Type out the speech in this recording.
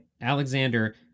Alexander